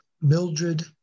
Mildred